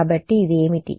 కాబట్టి ఇది ఏమిటి